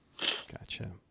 Gotcha